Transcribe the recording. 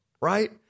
right